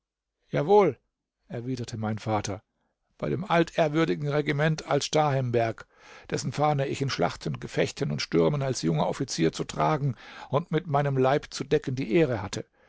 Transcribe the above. jawohl erwiderte mein vater bei dem altehrwürdigen regiment alt starhemberg dessen fahne ich in schlachten gefechten und stürmen als junger offizier zu tragen und mit meinem leib zu decken die ehre hatte